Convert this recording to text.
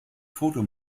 foto